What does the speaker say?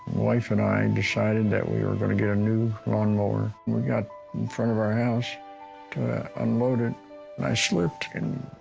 wife and i and decided that we were going to get a new lawnmower. we got in front of our house to unload it and i slipped, and